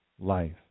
life